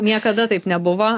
niekada taip nebuvo